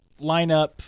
lineup